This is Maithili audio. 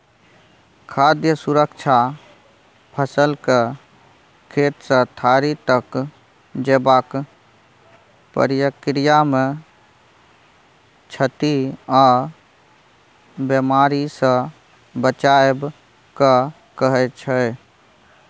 खाद्य सुरक्षा फसलकेँ खेतसँ थारी तक जेबाक प्रक्रियामे क्षति आ बेमारीसँ बचाएब केँ कहय छै